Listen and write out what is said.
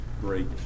great